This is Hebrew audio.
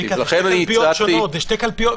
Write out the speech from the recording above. אלה שתי קלפיות שונות.